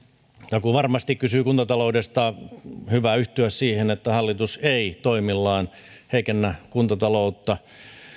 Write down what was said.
takuuvarmasti kysyi kuntataloudesta on hyvä yhtyä siihen että hallitus ei toimillaan heikennä kuntataloutta